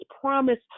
promise